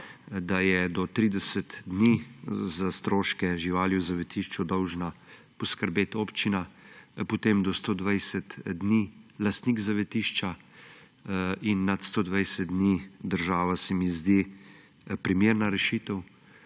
da je do 30 dni za stroške živali v zavetišču dolžna poskrbeti občina, do 120 dni lastnik zavetišča in nad 120 dni država, se mi zdi primerna rešitev,